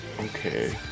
Okay